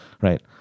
right